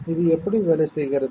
இது எப்படி வேலை செய்கிறது